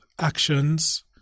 actions